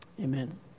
Amen